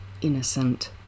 innocent